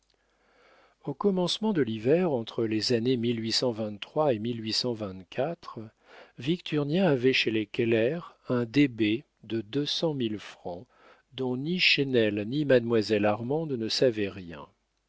au commencement de l'hiver entre les années et victurnien avait chez les keller un débet de deux cent mille francs dont ni chesnel ni mademoiselle armande ne savaient rien